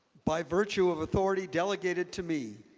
by virtue of authority delegated to me,